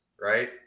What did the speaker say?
right